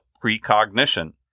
precognition